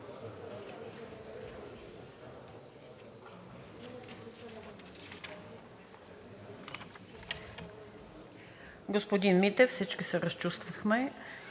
Господин Митев, всички се разчувствахме,